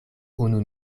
unu